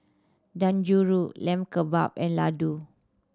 Dangojiru Lamb Kebab and Ladoo